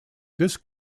this